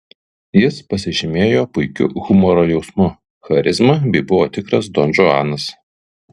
jis pasižymėjo puikiu humoro jausmu charizma bei buvo tikras donžuanas